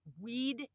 weed